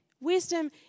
Wisdom